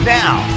now